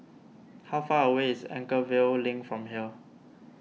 how far away is Anchorvale Link from here